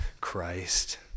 Christ